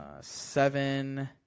seven